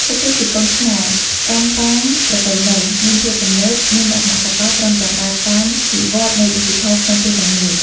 ពួកគេជាកូនខ្មែរ កាន់តាមប្រពៃណី មានភាពទំនើប មានលក្ខណៈសកល ព្រមទាំងដើរតាមវិវឌ្ឍនៃឌីជីថលក្នុងពេលតែមួយ។